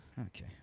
Okay